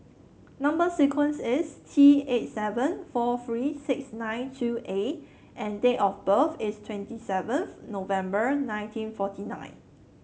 number sequence is T eight seven four three six nine two A and date of birth is twenty seven November nineteen forty nine